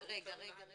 יישארו כמנהלי אגפים?